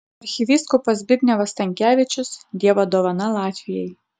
arkivyskupas zbignevas stankevičius dievo dovana latvijai